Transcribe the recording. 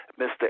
Mr